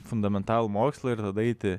fundamentalų mokslą ir tada eiti